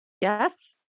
Yes